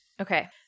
Okay